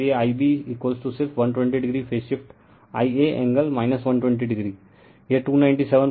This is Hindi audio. इसलिए Ib सिर्फ 120 o phase shift Ia angle 120 o